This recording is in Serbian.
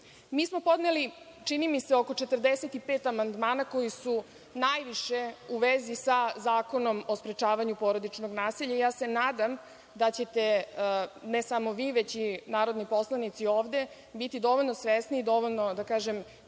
smo podneli, čini mi se, oko 45 amandmana koji su najviše u vezi sa Zakonom o sprečavanju porodičnog nasilja. Ja se nadam da ćete, ne samo vi, već i narodni poslanici ovde, biti dovoljno svesni i, da kažem,